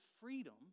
freedom